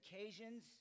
occasions